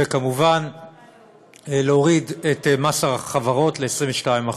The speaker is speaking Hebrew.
וכמובן להוריד את מס החברות ל-22%.